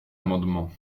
amendement